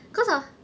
cause I